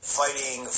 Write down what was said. fighting